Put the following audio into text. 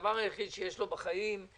שהדבר היחיד שיש לו בחיים הוא